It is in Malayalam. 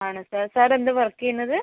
ആണോ സർ സർ എന്താണ് വർക്ക് ചെയ്യുന്നത്